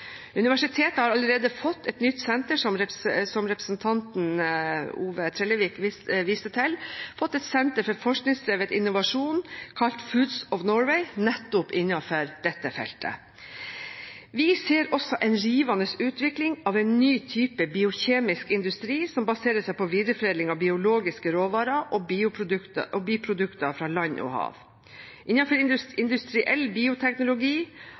Som representanten Ove Trellevik viste til, har universitetet allerede fått et senter for forskningsdrevet innovasjon, kalt Foods of Norway, innenfor nettopp dette feltet. Vi ser også en rivende utvikling av en ny type biokjemisk industri som baserer seg på videreforedling av biologiske råvarer og biprodukter fra land og hav. Innenfor industriell bioteknologi